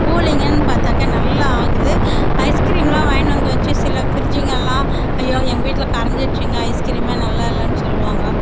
கூலிங்குன்னு பார்த்தாக்கா நல்லா ஆகுது ஐஸ்கிரீம்லாம் வாங்கின்னு வந்து வச்சு சில ஃப்ரிட்ஜ்ஜுங்கலாம் ஐயோ எங்கள் வீட்டில கரைஞ்சிடுச்சுங்க ஐஸ்கிரீமே நல்லா இல்லைனு சொல்லுவாங்க